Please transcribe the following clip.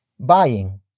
buying